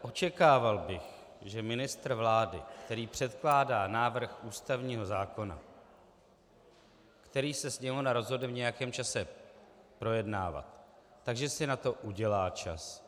Očekával bych, že ministr vlády, který předkládá návrh ústavního zákona, který se Sněmovna rozhodne v nějakém čase projednávat, si na to udělá čas.